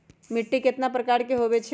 मिट्टी कतना प्रकार के होवैछे?